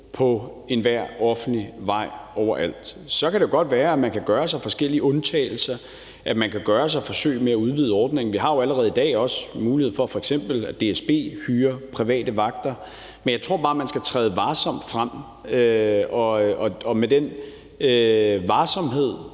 på enhver offentlig vej overalt. Så kan det godt være, at man kan lave forskellige undtagelser, og at man kan gøre forsøg med at udvide ordningen. Der er jo allerede i dag også mulighed for, at f.eks. DSB kan hyre private vagter. Men jeg tror bare, at man skal træde varsomt, og i og med den varsomhed